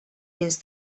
więc